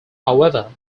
however